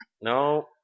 No